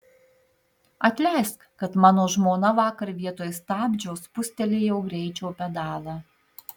atleisk kad mano žmona vakar vietoj stabdžio spustelėjo greičio pedalą